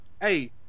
Hey